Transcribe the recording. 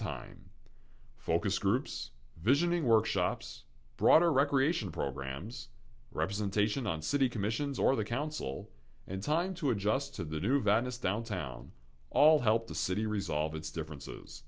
time focus groups visioning workshops broader recreation programs representation on city commissions or the council and time to adjust to the new values downtown all help the city resolve its differences